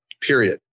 period